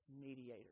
mediator